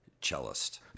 cellist